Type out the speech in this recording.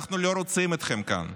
אנחנו לא רוצים אתכם כאן,